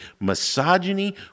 misogyny